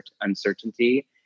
uncertainty